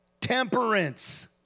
temperance